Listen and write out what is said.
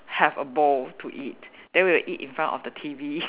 have a bowl to eat then we'll eat in front of the T_V